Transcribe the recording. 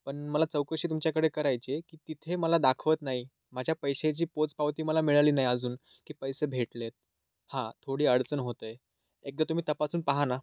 पण मला चौकशी तुमच्याकडे करायची आहे की तिथे मला दाखवत नाही माझ्या पैशाची पोचपावती मला मिळाली नाही अजून की पैसे भेटलेत हा थोडी अडचण होते एकदा तुम्ही तपासून पहा ना